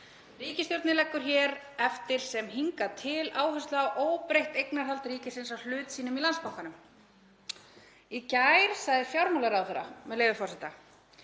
„Ríkisstjórnin leggur hér eftir sem hingað til áherslu á óbreytt eignarhald ríkisins á hlut sínum í Landsbankanum.“ Í gær sagði fjármálaráðherra, með leyfi forseta: